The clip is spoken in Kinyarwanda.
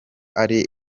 ari